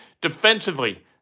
Defensively